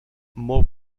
molt